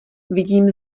vidím